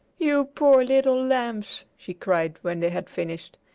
you poor little lambs! she cried, when they had finished,